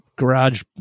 Garage